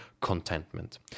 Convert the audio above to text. contentment